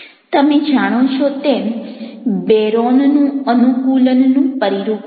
તમે જાણો છો તેમ બેરોનનું અનુકૂલનનું પરિરૂપ છે